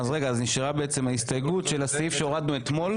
אז בעצם נשארה ההסתייגות של הסעיף שהורדנו אתמול?